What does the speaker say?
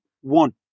one